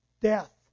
death